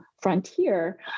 frontier